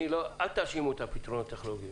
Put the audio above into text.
אל תאשימו את הפתרונות הטכנולוגיים.